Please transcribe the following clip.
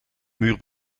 muur